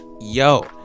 yo